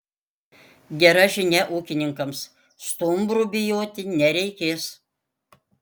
gera žinia ūkininkams stumbrų bijoti nereikės